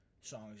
songs